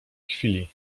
chwili